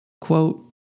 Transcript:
Quote